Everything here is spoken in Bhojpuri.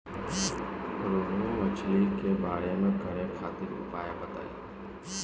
रोहु मछली के बड़ा करे खातिर उपाय बताईं?